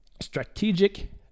strategic